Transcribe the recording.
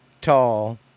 tall